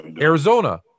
Arizona